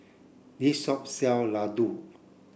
this shop sell Ladoo